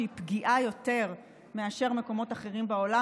שהיא פגיעה יותר מאשר במקומות אחרים בעולם,